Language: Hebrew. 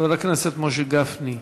חבר הכנסת משה גפני,